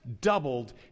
doubled